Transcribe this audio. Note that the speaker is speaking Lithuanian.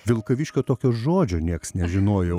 vilkaviškio tokio žodžio nieks nežinojo